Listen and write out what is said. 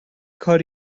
کار